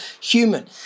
human